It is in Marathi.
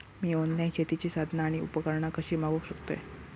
मी ऑनलाईन शेतीची साधना आणि उपकरणा कशी मागव शकतय?